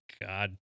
God